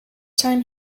time